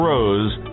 Rose